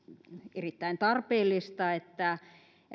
erittäin tarpeellista että